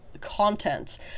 content